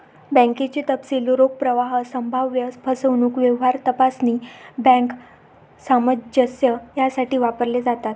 बँकेचे तपशील रोख प्रवाह, संभाव्य फसवणूक, व्यवहार तपासणी, बँक सामंजस्य यासाठी वापरले जातात